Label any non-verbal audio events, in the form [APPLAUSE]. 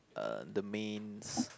uh the mains [NOISE]